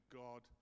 god